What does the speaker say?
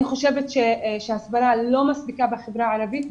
אני חושבת שההסברה לא מספיקה בחברה הערבית.